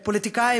פוליטיקאים,